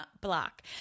block